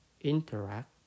interact